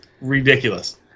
ridiculous